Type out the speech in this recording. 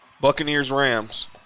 Buccaneers-Rams